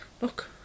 Look